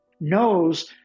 knows